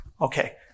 Okay